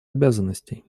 обязанностей